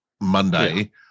Monday